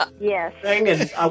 Yes